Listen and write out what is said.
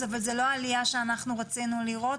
אבל זה לא עלייה שאנחנו רצינו לראות